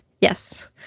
Yes